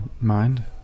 mind